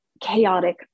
chaotic